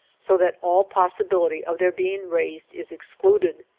so that all possibility of their being raised is excluded.